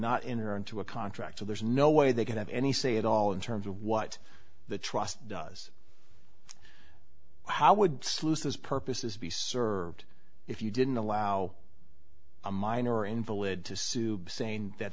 not enter into a contract so there's no way they could have any say at all in terms of what the trust does how would sluices purposes be served if you didn't allow a minor invalid to sue saying that